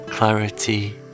clarity